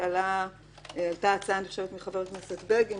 הייתם עושים תרגיל ומאריכים,